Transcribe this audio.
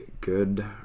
good